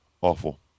awful